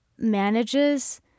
manages